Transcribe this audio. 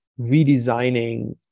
redesigning